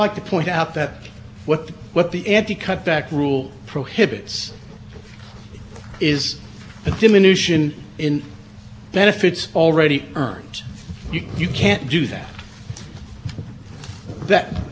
you can't do that that that applies to participants in a plan here mr virtue was never a participant in the plan that's that's the whole point fo